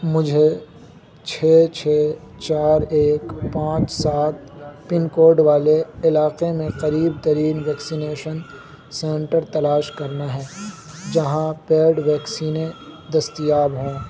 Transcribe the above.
مجھے چھ چھ چار ایک پانچ سات پن کوڈ والے علاقے میں قریب ترین ویکسینیشن سنٹر تلاش کرنا ہے جہاں پیڈ ویکسینیں دستیاب ہوں